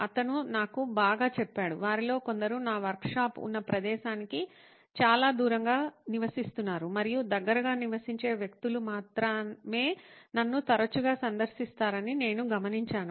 అతను నాకు బాగా చెప్పాడు వారిలో కొందరు నా వర్క్షాప్ ఉన్న ప్రదేశానికి చాలా దూరంగా నివసిస్తున్నారు మరియు దగ్గరగా నివసించే వ్యక్తులు మాత్రమే నన్ను తరచుగా సందర్శిస్తారని నేను గమనించాను